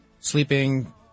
Sleeping